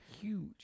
huge